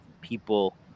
people